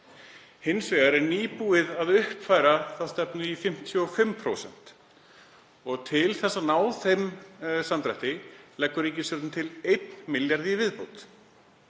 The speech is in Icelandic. Hins vegar er nýbúið að uppfæra þá stefnu í 55% og til þess að ná þeim samdrætti leggur ríkisstjórnin til 1 milljarð í viðbót.